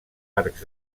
arcs